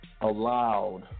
allowed